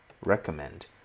recommend